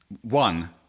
One